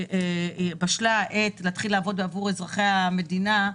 שבשלה העת להתחיל לעבוד עבור אזרחי המדינה,